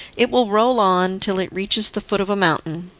it will roll on till it reaches the foot of a mountain,